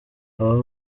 ababa